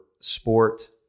sport